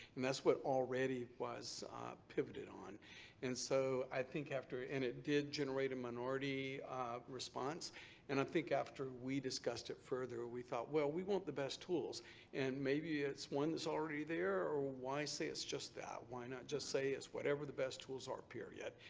and that's what already was pivoted on and so i think after. and it did generate a minority response and i think after we discussed it further we thought, well, we want the best tools and maybe it's one that's already there or why say it's just that? why not just say it's whatever the best tools are, period?